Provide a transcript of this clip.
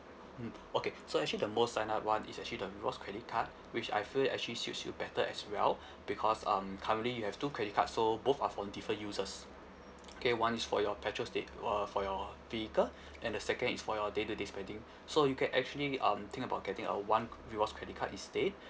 mm okay so actually the most signed up one is actually the rewards credit card which I feel actually suits you better as well because um currently you have two credit cards so both are for different uses okay one is for your petrol sta~ uh for your vehicle and the second is for your day to day spending so you can actually um think about getting a one rewards credit card instead